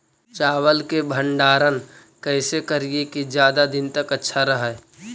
चावल के भंडारण कैसे करिये की ज्यादा दीन तक अच्छा रहै?